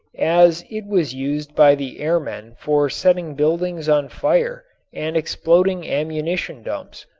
as it was used by the airmen for setting buildings on fire and exploding ammunition dumps.